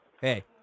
Hey